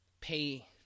pay